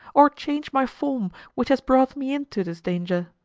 or change my form, which has brought me into this danger!